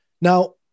Now